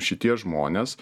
šitie žmonės